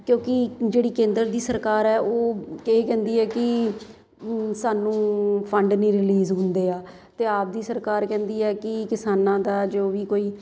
ਕਿਉਂਕਿ ਜਿਹੜੀ ਕੇਂਦਰ ਦੀ ਸਰਕਾਰ ਹੈ ਉਹ ਕਿ ਕਹਿੰਦੀ ਹੈ ਕਿ ਸਾਨੂੰ ਫੰਡ ਨਹੀਂ ਰਿਲੀਸ ਹੁੰਦੇ ਆ ਅਤੇ ਆਪ ਦੀ ਸਰਕਾਰ ਕਹਿੰਦੀ ਹੈ ਕਿ ਕਿਸਾਨਾਂ ਦਾ ਜੋ ਵੀ ਕੋਈ